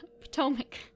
Potomac